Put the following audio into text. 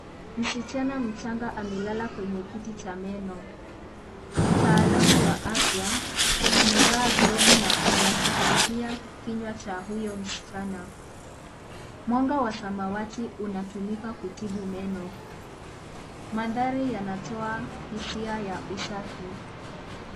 Msichana mchanga amelala kwenye kiti cha meno. Mtaalamu wa afya amevaa glovu na anashughulikia kinywa cha huyo msichana. Mwanga wa samawati unatumika kutibu meno. Mandhari yanatoa hisia ya usafi.